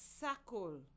circle